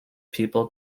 people